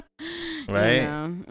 Right